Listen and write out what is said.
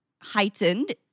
heightened